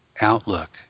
outlook